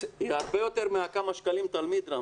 זה הרבה יותר מכמה שקלים לתלמיד.